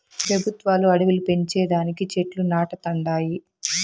పెబుత్వాలు అడివిలు పెంచే దానికి చెట్లు నాటతండాయి